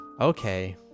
okay